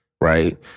right